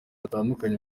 batandukanye